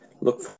Look